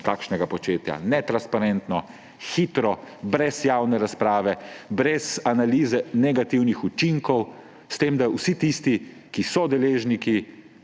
takšnega početja, netransparentno, hitro, brez javne razprave, brez analize negativnih učinkov, s tem da vsi tisti, ki so deležniki,